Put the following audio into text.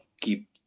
keep